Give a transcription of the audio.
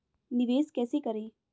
निवेश कैसे करें?